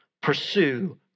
pursue